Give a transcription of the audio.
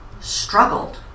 struggled